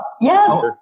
Yes